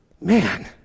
man